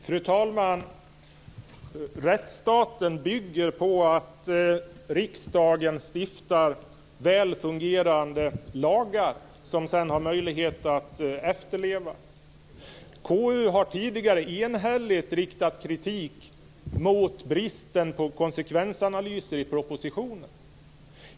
Fru talman! Rättsstaten bygger på att riksdagen stiftar väl fungerande lagar som det sedan är möjligt att efterleva. KU har tidigare enhälligt riktat kritik mot bristen på konsekvensanalyser i propositionen.